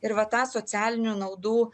ir va tą socialinių naudų